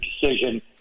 decision